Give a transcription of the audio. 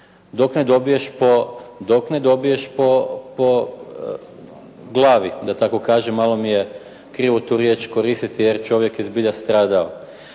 dok ne dobiješ po glavi, da tako kažem, malo mi je krivo tu riječ koristiti jer čovjek je zbilja stradao.